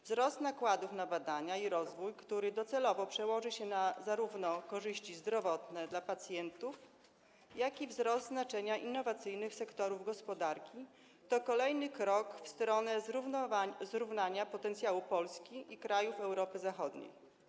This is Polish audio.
Wzrost nakładów na badania i rozwój, który docelowo przełoży się zarówno na korzyści zdrowotne dla pacjentów, jak i wzrost znaczenia innowacyjnych sektorów gospodarki, to kolejny krok w stronę zrównania potencjału Polski i krajów Europy Zachodniej.